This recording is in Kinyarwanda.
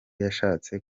yashatse